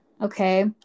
Okay